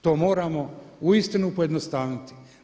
To moramo uistinu pojednostaviti.